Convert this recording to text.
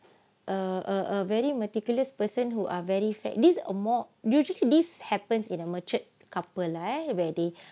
err a a very meticulous person who are very fact this or more usually this happens in a matured couple lah ya where they